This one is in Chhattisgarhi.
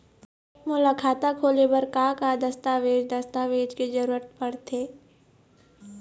मोला खाता खोले बर का का दस्तावेज दस्तावेज के जरूरत पढ़ते?